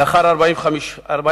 לאחר 45 יום,